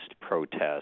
protest